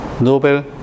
Nobel